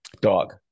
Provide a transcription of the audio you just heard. Dog